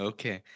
Okay